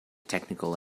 technical